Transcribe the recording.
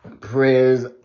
prayers